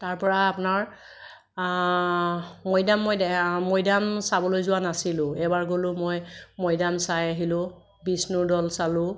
তাৰপৰা আপোনাৰ মৈদাম মৈদাম চাবলৈ যোৱা নাছিলোঁ এবাৰ গ'লোঁ মই মৈদাম চাই আহিলোঁ বিষ্ণুৰ দৌল চালোঁ